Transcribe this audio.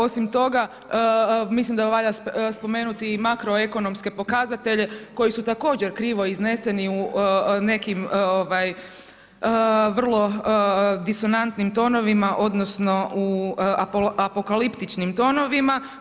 Osim toga, mislim da valja spomenuti i makroekonomske pokazatelje koji su također krivo izneseni u nekim vrlo disonantnim tonovima odnosno u apokaliptičnim tonovima.